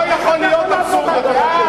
לא יכול להיות אבסורד יותר גדול.